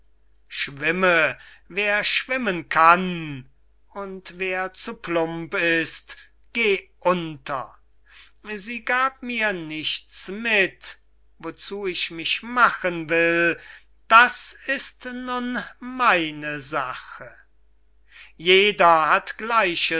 schwimme wer schwimmen kann und wer plump ist geht unter sie gab mir nichts mit wozu ich mich machen will das ist nun meine sache jeder hat gleiches